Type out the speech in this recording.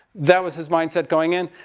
that was his mindset going in.